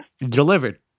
Delivered